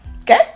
Okay